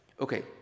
Okay